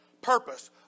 purpose